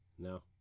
No